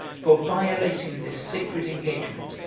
for violating this sacred engagement,